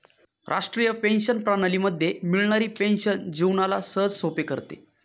राष्ट्रीय पेंशन प्रणाली मध्ये मिळणारी पेन्शन जीवनाला सहजसोपे करते